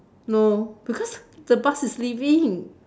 no because the bus is leaving